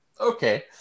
okay